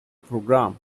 program